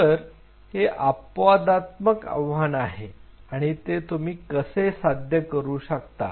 तर हे अपवादात्मक आव्हान आहे आणि हे तुम्ही कसे साध्य करू शकता